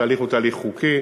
התהליך הוא תהליך חוקי.